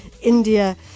India